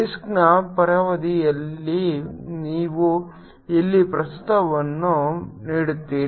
ಡಿಸ್ಕ್ನ ಪರಿಧಿಯಲ್ಲಿ ನೀವು ಇಲ್ಲಿ ಪ್ರಸ್ತುತವನ್ನು ನೋಡುತ್ತೀರಿ